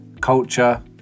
culture